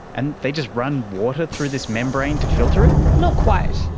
and they just run water through this membrane to filter it? not quite.